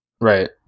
Right